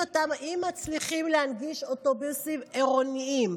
אם מצליחים להנגיש אוטובוסים עירוניים,